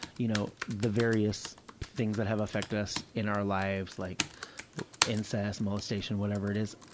you know, the various things that have affected us in our lives, like incest, molestation, whatever it is,